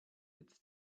its